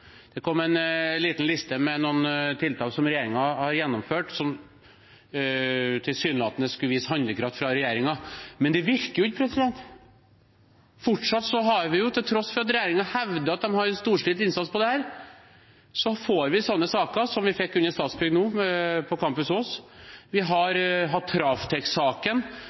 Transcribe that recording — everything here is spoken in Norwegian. Det kom en liten liste med tiltak som regjeringen har gjennomført, og som tilsynelatende skulle vise handlekraft fra regjeringen. Men det virker jo ikke. Til tross for at regjeringen hevder at den har en storstilt innsats mot dette, får vi fortsatt slike saker som den om Statsbygg på Campus Ås nettopp. Vi har hatt